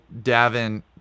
Davin